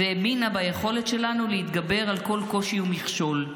והאמינה ביכולת שלנו להתגבר על כל קושי ומכשול.